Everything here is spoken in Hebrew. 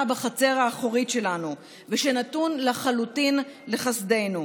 בחצר האחורית שלנו ושנתון לחלוטין לחסדינו.